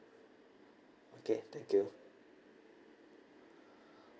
okay thank you